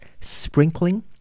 sprinkling